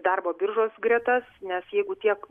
darbo biržos gretas nes jeigu tiek